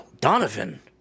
Donovan